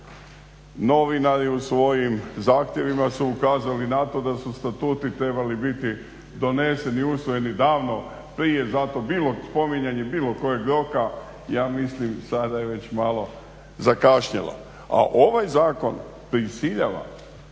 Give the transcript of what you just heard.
novinari u svojim zahtjevima su ukazali na to da su statuti trebali biti doneseni, usvojeni davno prije zato spominjanje bilo kojeg roka ja mislim sada je već malo zakašnjelo. A ovaj zakon prisiljava